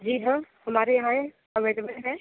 जी हाँ हमारे यहां है अवेलेबल है